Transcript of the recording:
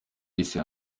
yise